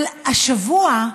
אבל השבוע,